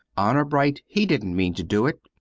honor bright, he didn't mean to do it.